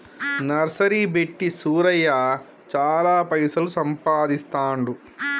nursery పెట్టి సూరయ్య చాల పైసలు సంపాదిస్తాండు